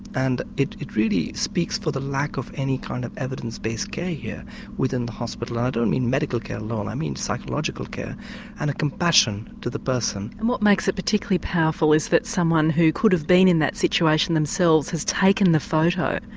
and it it really speaks for the lack of any kind of evidence based care here within the hospital. i don't mean medical care alone, i mean psychological care and a compassion to the person. and what makes it particularly powerful is that someone who could have been in that situation themselves has taken the photo.